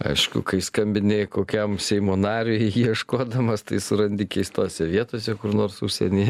aišku kai skambini kokiam seimo nariui ieškodamas tai surandi keistose vietose kur nors užsienyje